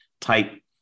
type